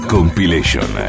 Compilation